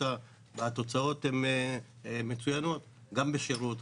התוצאות הן מצוינות גם בשירות,